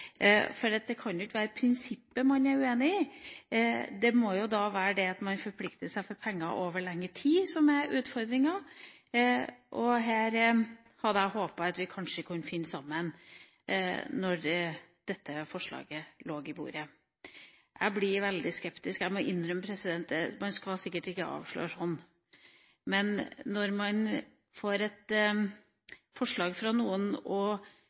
om noe. Det kan jo ikke være prinsippet man er uenig i. Det må være det at man forplikter seg til å bevilge penger over lengre tid, som er utfordringa. Her hadde jeg håpet at vi kanskje kunne finne sammen når dette forslaget lå på bordet. Jeg blir veldig skeptisk her. Jeg må innrømme – man skal sikkert ikke avsløre sånt – at når man får et forslag fra noen, og